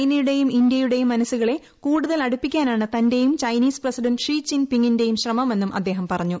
ചൈനയുടെയും ഇന്ത്യയുടെയും മനസ്സുകളെ കൂടുതൽ അടുപ്പിക്കാനാണ് തന്റേയും ചൈനീസ് പ്രസിഡന്റ് ഷിചിൻ പിങ്ങിന്റെയും ശ്രമമെന്നും അദ്ദേഹം പറുഞ്ഞു